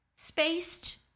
spaced